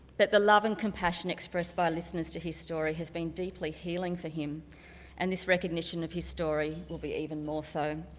but the love and compassion expressed by listeners to his story has been deeply healing for him and this recognition of his story will be even more so.